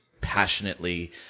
passionately